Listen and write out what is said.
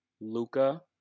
Luca